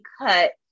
cut